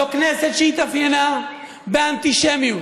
זו כנסת שהתאפיינה באנטישמיות,